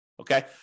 Okay